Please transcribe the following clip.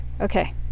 Okay